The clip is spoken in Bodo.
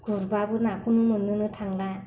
गुरबाबो नाखौनो मोननो थांला